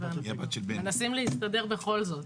מנסים להסתדר בכל זאת.